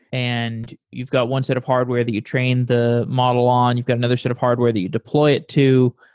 and you've got one set of hardware that you train the model on. you've got another set of hardware that you deploy it to.